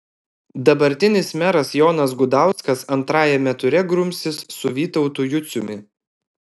dabartinis meras jonas gudauskas antrajame ture grumsis su vytautu juciumi